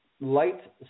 light